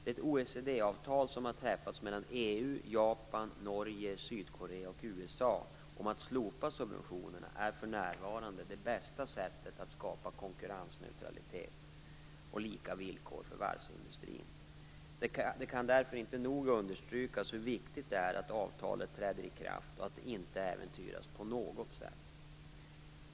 Det OECD-avtal som har träffats mellan EU, Japan, Norge, Sydkorea och USA om att slopa subventionerna är för närvarande det bästa sättet att skapa konkurrensneutralitet och lika villkor för varvsindustrin. Det kan därför inte nog understrykas hur viktigt det är att avtalet träder i kraft och att det inte äventyras på något sätt.